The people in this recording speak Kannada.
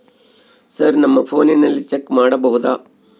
ಸರ್ ನಮ್ಮ ಫೋನಿನಲ್ಲಿ ಚೆಕ್ ಮಾಡಬಹುದಾ?